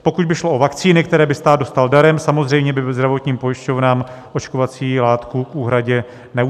Pokud by šlo o vakcíny, které by stát dostal darem, samozřejmě by zdravotním pojišťovnám očkovací látku k úhradě neúčtoval.